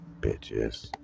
bitches